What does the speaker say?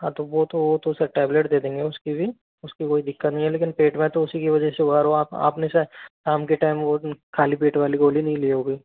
हाँ तो वो तो वो तो सर टेबलेट ज़्यादा दे देंगे उसकी भी उसकी कोई दिक्कत नहीं है लेकिन पेट में तो उसी की वजह से हुआ और आप आपने शायद शाम के टाइम वो खाली पेट वाली गोली नहीं लिए होगी